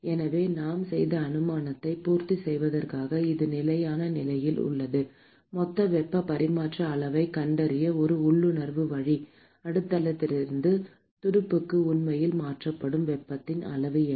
எனவே நாம் செய்த அனுமானத்தை பூர்த்தி செய்வதற்காக இது நிலையான நிலையில் உள்ளது மொத்த வெப்ப பரிமாற்ற அளவைக் கண்டறிய ஒரு உள்ளுணர்வு வழி அடித்தளத்திலிருந்து துடுப்புக்கு உண்மையில் மாற்றப்படும் வெப்பத்தின் அளவு என்ன